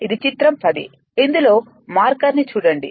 ఇది చిత్రం 10 ఇందులో మార్కర్ ని చూడండి